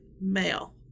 male